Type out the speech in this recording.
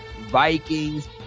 Vikings